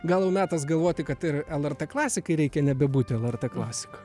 gal jau metas galvoti kad ir lrt klasikai reikia nebebūti lrt klasika